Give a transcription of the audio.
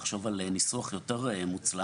לחשוב על ניסוח יותר מוצלח.